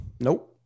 Nope